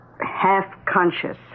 half-conscious